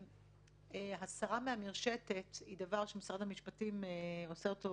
הסרה מהמרשתת היא דבר שמשרד המשפטים עושה אותו